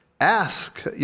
Ask